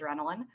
adrenaline